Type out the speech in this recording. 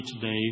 today